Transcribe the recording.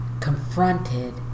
confronted